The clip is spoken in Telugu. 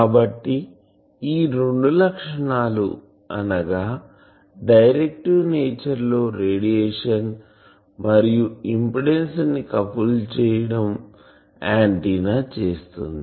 కాబట్టి ఈ రెండు లక్షణాలు అనగా డైరెక్టివ్ నేచర్ లో రేడియేషన్ మరియు ఇంపిడెన్సు ని కపుల్ చేయడం ఆంటిన్నాచేస్తుంది